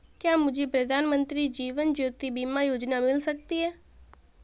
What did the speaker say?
क्या मुझे प्रधानमंत्री जीवन ज्योति बीमा योजना मिल सकती है?